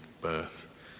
birth